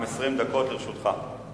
לרשותך 20 דקות.